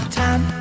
time